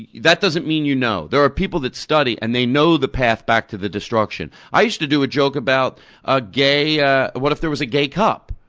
that doesn't mean you know. there are people that study and they know the path back to the destruction. i used to do a joke about ah ah what if there was a gay cop,